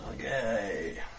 Okay